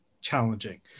challenging